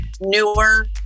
newer